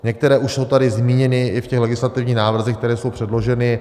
Některé už jsou tady zmíněny i v těch legislativních návrzích, které jsou předloženy.